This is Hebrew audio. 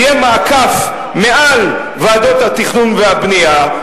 יהיה מעקף מעל ועדות התכנון והבנייה,